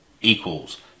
equals